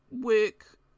work